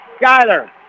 Skyler